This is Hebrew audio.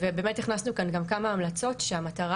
באמת הכנסנו כאן גם כמה המלצות שהמטרה